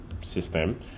system